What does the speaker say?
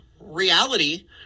reality